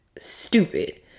stupid